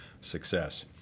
success